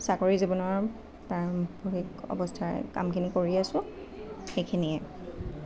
চাকৰি জীৱনৰ পাৰম্ভিক অৱস্থাৰ কামখিনি কৰি আছো সেইখিনিয়ে